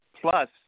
plus